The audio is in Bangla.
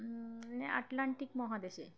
আটলান্টিক মহাদেশে